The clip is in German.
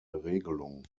regelung